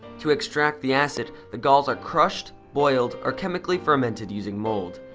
to extract the acid, the galls are crushed, boiled or chemically fermented using mold.